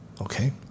Okay